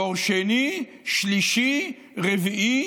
דור שני, שלישי, רביעי